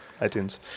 itunes